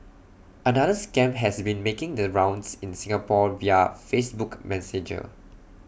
another scam has been making the rounds in Singapore via Facebook Messenger